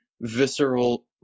visceral